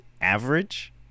average